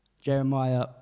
Jeremiah